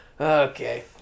Okay